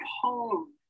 home